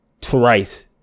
twice